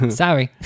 sorry